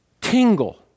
tingle